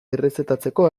errezetatzeko